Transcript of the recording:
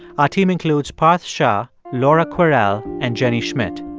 our team includes parth shah, laura kwerel and jenny schmidt.